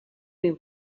been